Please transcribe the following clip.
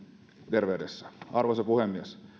terveydessä arvoisa puhemies